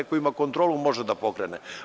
Ako ima kontrolu, može da pokrene.